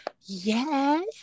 Yes